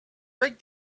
break